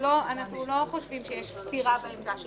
אנחנו לא חושבים שיש סתירה בעמדה שלנו.